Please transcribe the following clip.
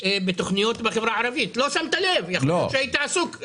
לא רק לחכות לכניסה של היישוב שאז יש את השילוט שגם הוא לא כתוב נכון.